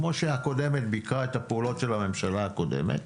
כמו שהקודמת ביקרה את הפעולות של הממשלה הקודמת,